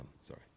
Sorry